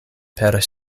per